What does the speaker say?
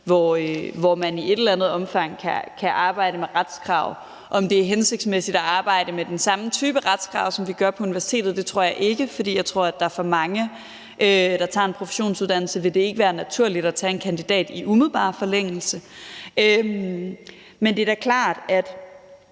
hvor man i et eller andet omfang kan arbejde med retskrav. Om det er hensigtsmæssigt at arbejde med den samme type retskrav, som vi gør på universitetet, tror jeg ikke, for jeg tror, at det for mange, der tager en professionsuddannelse, ikke vil være naturligt at tage en kandidatuddannelse i umiddelbar forlængelse af den. Men det er da klart, at